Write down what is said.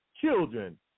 Children